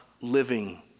living